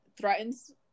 threatens